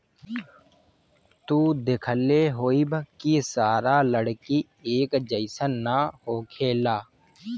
तू देखले होखबऽ की सारा लकड़ी एक जइसन ना होखेला